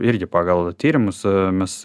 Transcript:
irgi pagal tyrimus mes